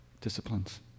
disciplines